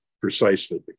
precisely